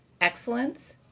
Excellence